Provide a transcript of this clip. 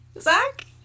Zach